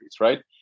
right